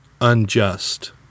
unjust